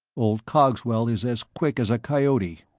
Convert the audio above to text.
old cogswell is as quick as a coyote.